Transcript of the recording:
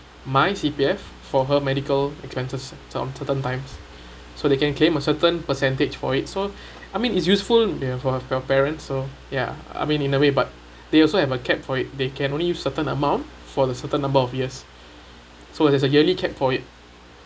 my C_P_F for her medical expenses for certain time so they can claim a certain percentage for it so I mean it's useful for for your parents so ya I mean in a way but they also have a cap for it they can only use certain amount for the certain number of years so there's a yearly cap for it